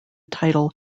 title